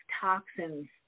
toxins